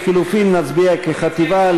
לחלופין נצביע כחטיבה.